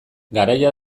garaia